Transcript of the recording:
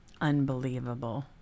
unbelievable